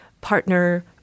partner